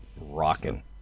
Rocking